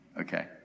Okay